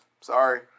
sorry